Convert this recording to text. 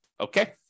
Okay